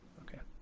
okay.